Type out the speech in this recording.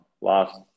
last